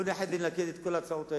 בואו נאחד ונלכד את כל ההצעות האלה,